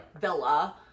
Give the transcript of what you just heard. villa